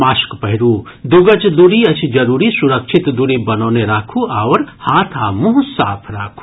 mask पहिरू दू गज दूरी अछि जरूरी सुरक्षित दूरी बनौने राखू आओर हाथ आ मुंह साफ राखू